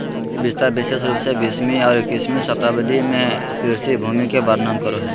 कृषि विस्तार विशेष रूप से बीसवीं और इक्कीसवीं शताब्दी में कृषि भूमि के वर्णन करो हइ